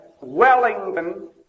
Wellington